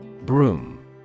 Broom